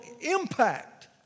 impact